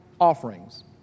offerings